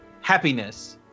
happiness